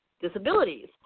disabilities